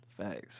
Facts